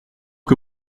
que